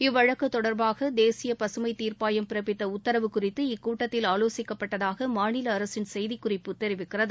இவ்வழக்கு தொடர்பாக தேசிய பசுமை தீர்ப்பாயம் பிறப்பித்த உத்தரவு குறித்து இக்கூட்டத்தில் ஆலோசிக்கப்பட்டதாக மாநில அரசின் செய்திக் குறிப்பு தெரிவிக்கிறது